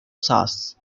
sauce